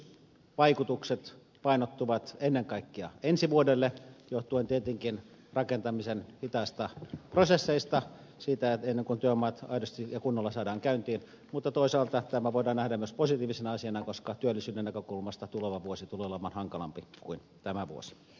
työllisyysvaikutukset painottuvat ennen kaikkea ensi vuodelle johtuen tietenkin rakentamisen hitaista prosesseista ennen kuin työmaat aidosti ja kunnolla saadaan käyntiin mutta toisaalta tämä voidaan nähdä myös positiivisena asiana koska työllisyyden näkökulmasta tuleva vuosi tulee olemaan hankalampi kuin tämä vuosi